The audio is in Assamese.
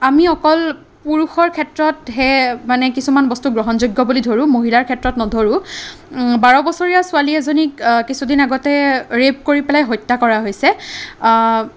আমি অকল পুৰুষৰ ক্ষেত্ৰতহে মানে কিছুমান বস্তু গ্ৰহণযোগ্য বুলি ধৰোঁ মহিলাৰ ক্ষেত্ৰত নধৰোঁ বাৰ বছৰীয়া ছোৱালী এজনীক কিছুদিন আগতে ৰেপ কৰি পেলাই হত্যা কৰা হৈছে